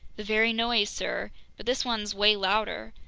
the very noise, sir, but this one's way louder.